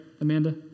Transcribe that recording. Amanda